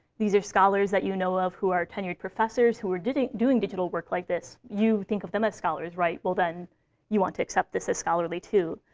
these are scholars that you know of who are tenured professors, who are doing digital work like this. you think of them as scholars, right? well, then you want to accept this as scholarly, too.